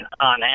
on